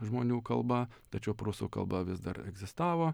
žmonių kalba tačiau prūsų kalba vis dar egzistavo